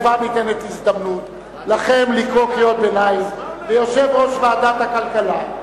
כבר ניתנת הזדמנות לכם לקרוא קריאות ביניים ליושב-ראש ועדת הכלכלה,